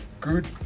good